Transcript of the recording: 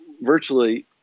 virtually